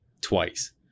twice